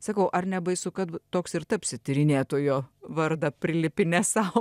sakau ar nebaisu kad toks ir tapsi tyrinėtojo vardą prilipinęs sau